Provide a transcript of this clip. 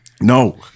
No